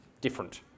different